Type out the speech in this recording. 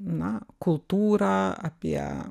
na kultūrą apie